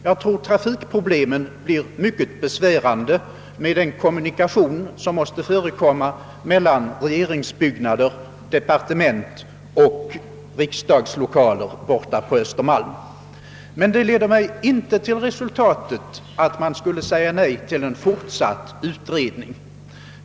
Jag tror att trafikproblemen blir mycket besvärande med den kommunikation som måste förekomma mellan regeringsbyggnader, departement och riksdagslokalerna enligt östermalmsalternativet. Detta leder mig dock inte till det resultatet att man bör säga nej till en fortsatt utredning.